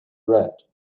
red